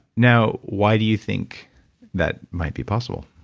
now, why do you think that might be possible?